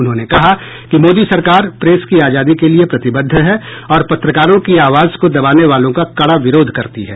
उन्होंने कहा कि मोदी सरकार प्रेस की आजादी के लिए प्रतिबद्ध है और पत्रकारों की आवाज को दबाने वालों का कडा विरोध करती है